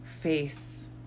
face